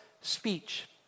speech